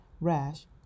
rash